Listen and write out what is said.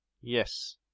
Yes